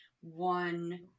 one